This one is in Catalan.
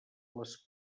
les